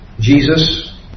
Jesus